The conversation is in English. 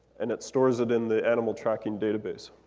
and it stores it in the animal tracking database.